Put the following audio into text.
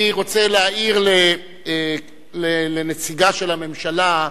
אני רוצה להעיר לנציגה של הממשלה,